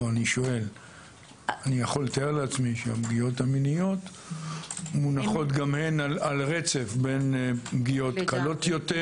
אני יכול לתאר לעצמי שהפגיעות המיניות מונחות על הרצף בין קלות יותר